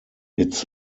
its